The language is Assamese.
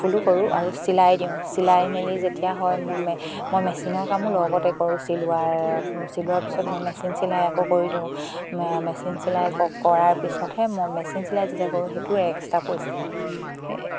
ফুলো কৰোঁ আৰু চিলাই দিওঁ চিলাই মেলি যেতিয়া হয় মোৰ মই মেচিনৰ কামো লগতে কৰোঁ চিলোৱাৰ চিলোৱাৰ পিছত মই মেচিন চিলাই আকৌ কৰি দিওঁ মেচিন চিলাই কৰাৰ পিছতহে মই মেচিন চিলাই যেতিয়া কৰোঁ সেইটোও এক্সট্ৰা পইচা লওঁ